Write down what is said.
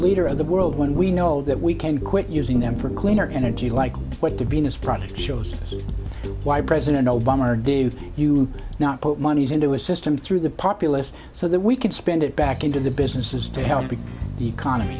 leader of the world when we know that we can quit using them for cleaner energy like what the venus project shows us why president obama or do you not put money into a system through the populace so that we can spend it back into the businesses to help the economy